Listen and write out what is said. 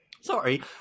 Sorry